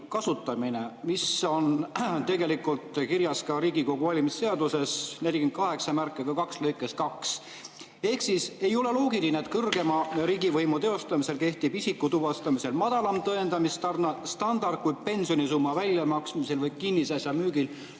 kasutamine, mis on tegelikult kirjas ka Riigikogu valimise seaduses § 482lõikes 2. Ehk siis ei ole loogiline, et kõrgema riigivõimu teostamisel kehtib isiku tuvastamisel madalam tõendamisstandard kui pensionisumma väljamaksmisel või kinnisasja müügil